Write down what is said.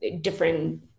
different